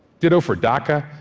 ditto for dhaka,